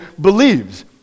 believes